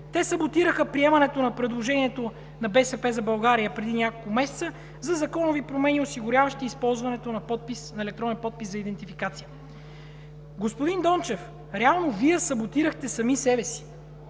те саботираха приемането на предложението на „БСП за България“ преди няколко месеца за законови промени, осигуряващи използването на електронен подпис за идентификация. Господин Дончев, реално Вие саботирахте сами себе си!